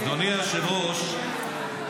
אדוני היושב-ראש,